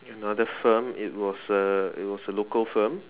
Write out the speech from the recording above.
another firm it was a it was a local firm